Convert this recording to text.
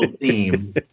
theme